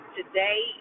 Today